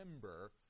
remember